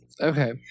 okay